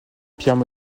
pierre